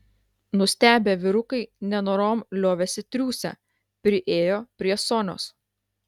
nustebę vyrukai nenorom liovėsi triūsę priėjo prie sonios